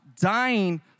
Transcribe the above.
Dying